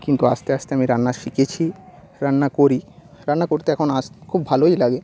কিন্তু আস্তে আস্তে আমি রান্না শিখেছি রান্না করি রান্না করতে এখন আস্তে খুব ভালোই লাগে